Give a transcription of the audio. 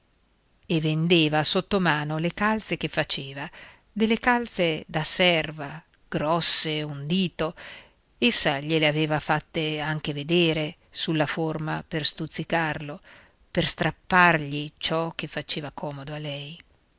e vendeva sottomano le calze che faceva delle calze da serva grosse un dito essa gliele aveva fatte anche vedere sulla forma per stuzzicarlo per strappargli ciò che faceva comodo a lei